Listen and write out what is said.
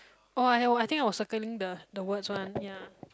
orh I uh I think I was circling the the words one ya